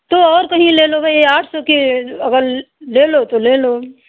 तो और कही ले लो भाई आठ सौ की अगर ले लो तो ले लो